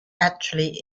actually